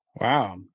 Wow